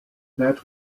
that